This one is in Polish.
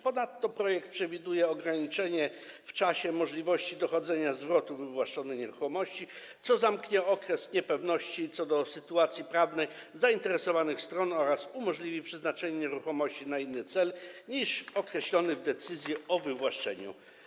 Ponadto projekt przewiduje ograniczenie w czasie możliwości dochodzenia zwrotu wywłaszczonej nieruchomości, co zamknie okres niepewności co do sytuacji prawnej zainteresowanych stron oraz umożliwi przeznaczenie nieruchomości na cel inny niż określony w decyzji o wywłaszczeniu.